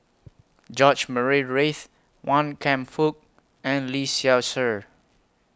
George Murray Reith Wan Kam Fook and Lee Seow Ser